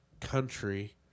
country